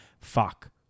fuck